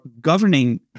governing